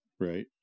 Right